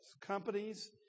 Companies